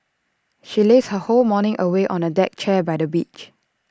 she lazed her whole morning away on A deck chair by the beach